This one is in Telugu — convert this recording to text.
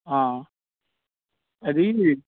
అది